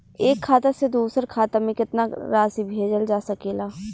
एक खाता से दूसर खाता में केतना राशि भेजल जा सके ला?